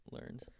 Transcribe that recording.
learned